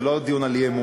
זה לא דיון על אי-אמון,